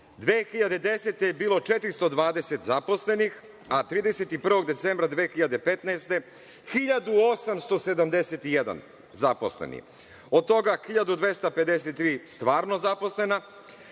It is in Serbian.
2010. je bilo 420 zaposlenih, a 31. decembra 2015. godine 1.871 zaposleni, a od toga 1.253 stvarno zaposlena,